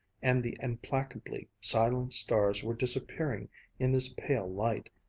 and the implacably silent stars were disappearing in this pale light,